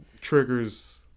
triggers